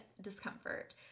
discomfort